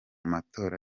matora